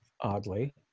oddly